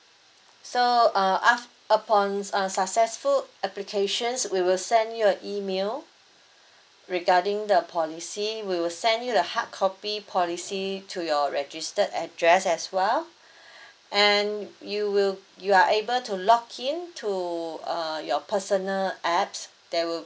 so uh af~ upon uh successful applications we will send you a email regarding the policy we will send you the hardcopy policy to your registered address as well and you will you are able to login to uh your personal apps there will